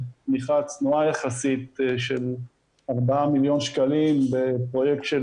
תמיכה צנועה יחסית של 4 מיליון שקלים בפרויקט של